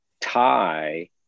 tie